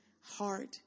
heart